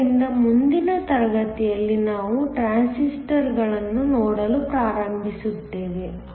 ಆದ್ದರಿಂದ ಮುಂದಿನ ತರಗತಿಯಲ್ಲಿ ನಾವು ಟ್ರಾನ್ಸಿಸ್ಟರ್ಗಳನ್ನು ನೋಡಲು ಪ್ರಾರಂಭಿಸುತ್ತೇವೆ